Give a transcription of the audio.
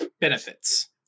benefits